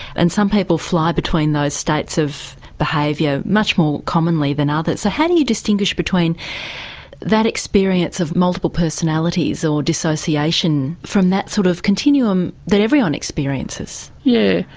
and some people fly between those states of behaviour much more commonly than ah others. so how do you distinguish between that experience of multiple personalities or dissociation from that sort of continuum that everyone experiences? yeah